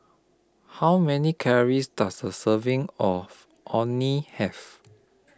How Many Calories Does A Serving of Orh Nee Have